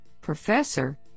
professor